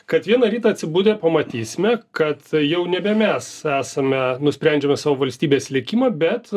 kad vieną rytą atsibudę pamatysime kad jau nebe mes esame nusprendžiame savo valstybės likimą bet